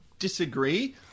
disagree